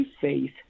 faith